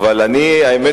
אבל האמת,